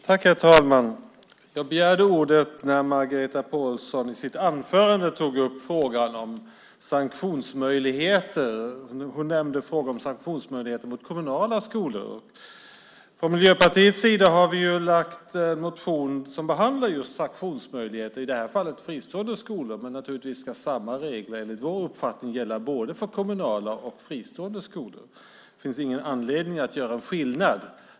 Herr talman! Jag begärde ordet när Margareta Pålsson i sitt anförande tog upp frågan om sanktionsmöjligheter. Hon nämnde frågan om sanktionsmöjligheter mot kommunala skolor. Från Miljöpartiets sida har vi väckt en motion som behandlar just sanktionsmöjligheter, i det fallet mot fristående skolor. Men naturligtvis ska samma regler enligt vår uppfattning gälla för både kommunala och fristående skolor. Det finns ingen anledning att göra skillnad.